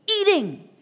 eating